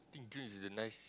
think June is a nice